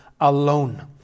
alone